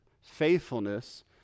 faithfulness